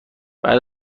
بعد